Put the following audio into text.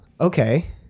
Okay